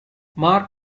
marc